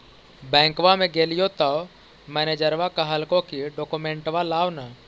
बैंकवा मे गेलिओ तौ मैनेजरवा कहलको कि डोकमेनटवा लाव ने?